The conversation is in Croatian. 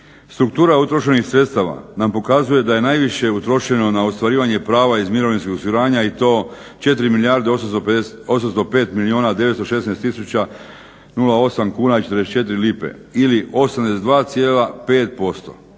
Struktura utrošenih sredstava nam pokazuje da je najviše utrošeno na ostvarivanje prava iz mirovinskog osiguranja i to 4 milijarde 805 milijuna 916 tisuća 08 kuna i 44 lipe ili 82,5%.